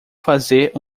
fazer